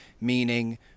meaning